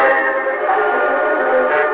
like that